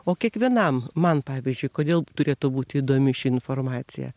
o kiekvienam man pavyzdžiui kodėl turėtų būti įdomi ši informacija